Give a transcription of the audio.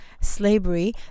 slavery